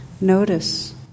notice